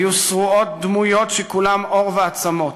היו שרועות דמויות שכולן עור ועצמות,